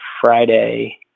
Friday